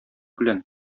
белән